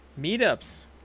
Meetups